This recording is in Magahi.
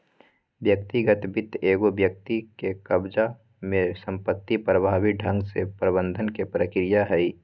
व्यक्तिगत वित्त एगो व्यक्ति के कब्ज़ा में संपत्ति प्रभावी ढंग से प्रबंधन के प्रक्रिया हइ